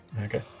Okay